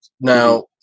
now